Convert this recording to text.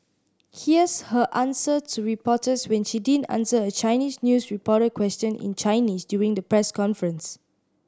here's her answer to reporters when she didn't answer a Chinese news reporter question in Chinese during the press conference